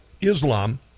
Islam